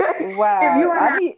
wow